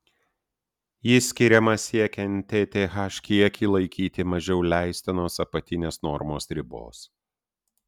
ji skiriama siekiant tth kiekį laikyti mažiau leistinos apatinės normos ribos